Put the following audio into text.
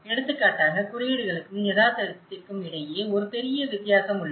எடுத்துக்காட்டாக குறியீடுகளுக்கும் யதார்த்தத்திற்கும் இடையே ஒரு பெரிய வித்தியாசம் உள்ளது